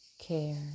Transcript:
care